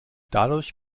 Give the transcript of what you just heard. dadurch